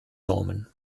normen